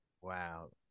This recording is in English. Wow